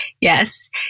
Yes